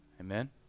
Amen